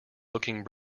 looking